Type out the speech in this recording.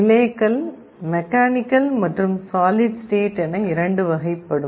ரிலேக்கள் mechanical மற்றும் solid state என இரண்டு வகைப்படும்